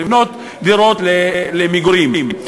לבנות דירות למגורים.